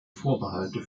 vorbehalte